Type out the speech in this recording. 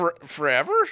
forever